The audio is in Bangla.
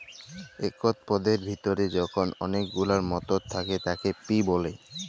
একট পদের ভিতরে যখল অলেক গুলান মটর থ্যাকে তাকে পি ব্যলে